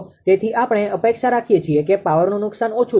તેથી આપણે અપેક્ષા રાખીએ છીએ કે પાવરનું નુકસાન ઓછું થશે